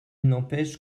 n’empêche